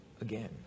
again